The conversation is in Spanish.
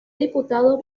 diputado